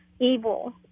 evil